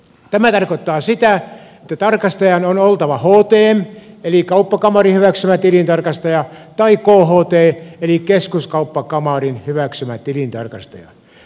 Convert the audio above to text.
tämä tarkoittaa sitä että tarkastajan on oltava htm eli kauppakamarin hyväksymä tilintarkastaja tai kht eli keskuskauppakamarin hyväksymä tilintarkastaja